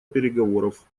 переговоров